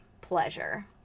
pleasure